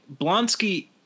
Blonsky